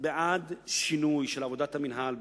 בעד שינוי של עבודת המינהל,